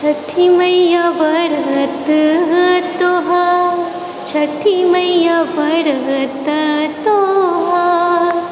छठी मैया वरतऽ तोहार छठी मैया वरतऽ तोहार